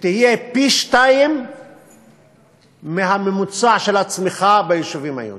תהיה פי-שניים מהממוצע של הצמיחה ביישובים היהודיים.